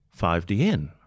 5DN